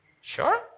Sure